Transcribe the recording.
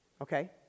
Okay